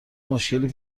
مشکلی